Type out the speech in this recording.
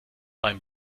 beim